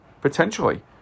potentially